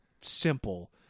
simple